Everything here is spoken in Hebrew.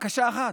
בקשה אחת: